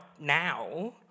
Now